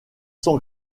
sont